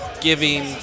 giving